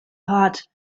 heart